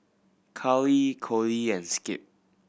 Karly Kody and Skip